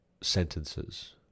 sentences